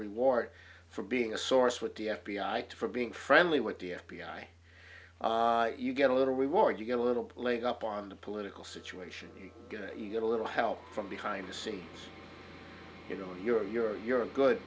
reward for being a source with the f b i to for being friendly with the f b i you get a little reward you get a little leg up on the political situation you get a little help from behind the scenes you know you're you're you're a good